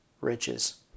riches